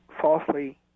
falsely